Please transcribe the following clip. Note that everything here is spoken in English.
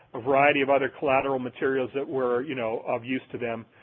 a variety of other collateral materials that were, you know, of use to them.